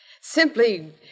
Simply